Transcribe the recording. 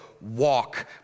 walk